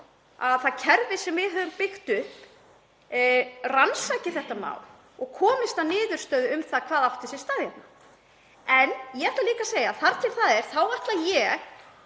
að það kerfi sem við höfum byggt upp rannsaki þetta mál og komist að niðurstöðu um hvað átti sér stað hérna. Ég ætla líka að segja að þar til það er þá ætla ég